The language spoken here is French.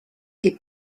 est